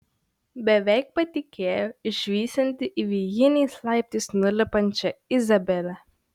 beveik patikėjo išvysianti įvijiniais laiptais nulipančią izabelę